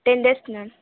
ten டேஸ்க்கு ma'am